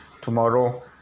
Tomorrow